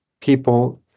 people